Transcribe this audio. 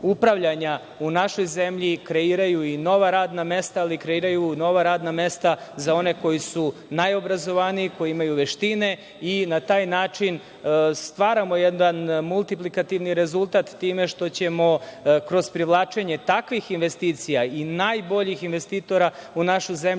upravljanja u našoj zemlji kreiraju i nova radna mesta, ali kreiraju i nova radna mesta za one koji su najobrazovaniji, koji imaju veštine i na taj način stvaramo jedan multiplikativni rezultat time što ćemo kroz privlačenje takvih investicija i najbolji investitora u našu zemlju,